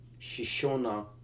Shishona